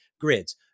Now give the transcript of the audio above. grids